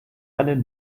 einen